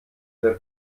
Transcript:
der